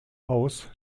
aus